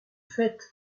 faict